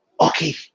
okay